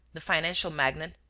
the financial magnate,